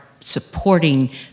supporting